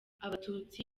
abatutsi